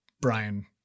Brian